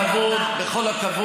אני, בכל הכבוד, בכל הכבוד,